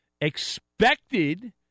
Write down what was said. expected